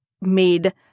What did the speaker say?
made